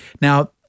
Now